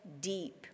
deep